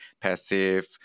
passive